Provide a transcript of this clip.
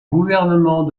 gouvernement